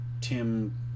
Tim